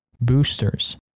boosters